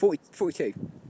Forty-two